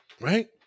right